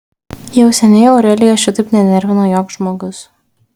jau seniai aurelijos šitaip nenervino joks žmogus